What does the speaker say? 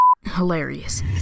hilarious